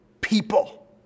people